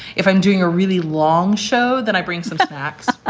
if i'm doing a really long show, then i bring some facts,